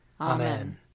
Amen